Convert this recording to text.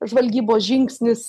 žvalgybos žingsnis